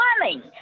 running –